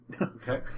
Okay